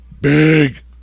Big